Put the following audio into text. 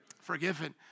Forgiven